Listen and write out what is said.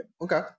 Okay